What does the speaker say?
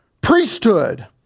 priesthood